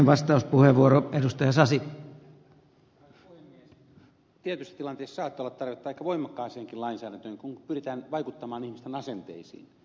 tietyssä tilanteessa saattaa olla tarvetta aika voimakkaaseenkin lainsäädäntöön kun pyritään vaikuttamaan ihmisten asenteisiin